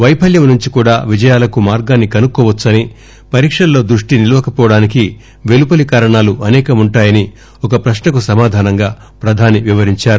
వైఫల్యంనుంచి కూడా విజయాలకు మార్గాన్ని కనుక్కోవచ్చని పరీక్షల్లో దృష్టి నిలవకపోవడానికి పెలుపలి కారణాలు అసేకం వుంటాయని ఒక ప్రశ్నకు సమాధానంగా ప్రధాని వివరించారు